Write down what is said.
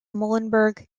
muhlenberg